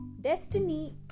destiny